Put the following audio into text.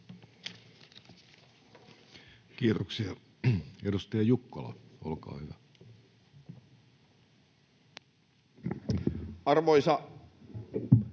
Kiitoksia. — Edustaja Jukkola, olkaa hyvä. [Speech